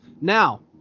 Now